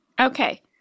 Okay